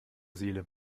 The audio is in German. seele